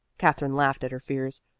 katherine laughed at her fears.